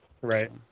right